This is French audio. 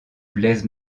blaise